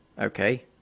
okay